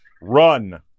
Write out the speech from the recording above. Run